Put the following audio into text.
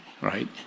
right